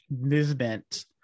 movement